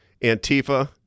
Antifa